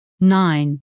Nine